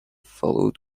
followed